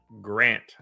Grant